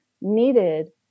needed